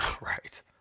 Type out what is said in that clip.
Right